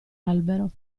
albero